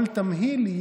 כל תמהיל,